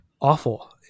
awful